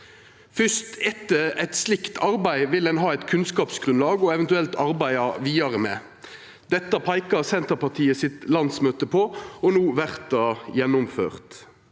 Fyrst etter eit slikt arbeid vil ein ha eit kunnskapsgrunnlag å eventuelt arbeida vidare med. Dette peikar Senterpartiets landsmøte på, og no vert det gjennomført.